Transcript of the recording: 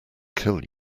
kill